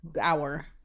Hour